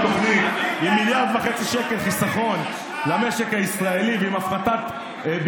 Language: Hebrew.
תוכנית סינגפור זה הפחתת מיסים,